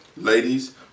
Ladies